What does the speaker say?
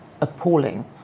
appalling